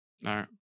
no